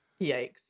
Yikes